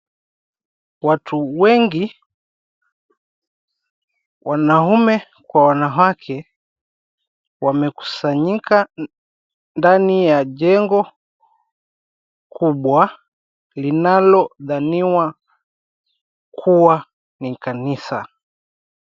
Watu wengi, wanaume kwa wanawake wamekusanyika ndani ya jengo kubwa linalodhaniwa kuwa ni kanisa.